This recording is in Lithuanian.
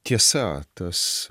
tiesa tas